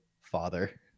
father